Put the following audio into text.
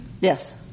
Yes